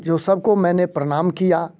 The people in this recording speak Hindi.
जो सबके मैंने प्रणाम किया